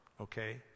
okay